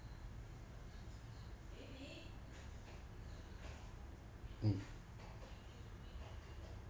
mm